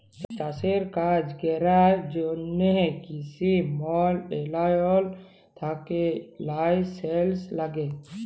চাষের কাজ ক্যরার জ্যনহে কিসি মলত্রলালয় থ্যাকে লাইসেলস ল্যাগে